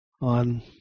on